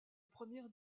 première